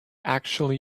actually